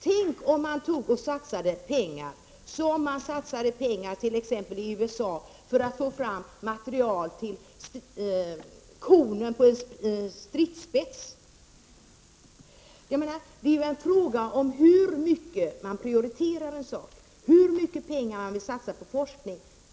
Tänk om man satsade pengar, som man t.ex. satsar pengar i USA för att få fram material till konen på en stridsspets! Det är frågan om hur högt man prioriterar en sak, hur mycket pengar man vill satsa på forskning.